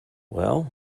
well